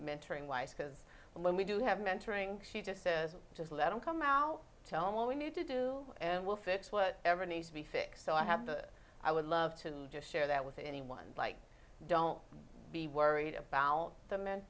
mentoring life because when we do have mentoring she just says just let him come out tell me what we need to do and we'll fix whatever needs to be fixed so i have i would love to just share that with anyone like don't be worried about the men